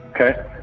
Okay